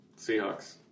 Seahawks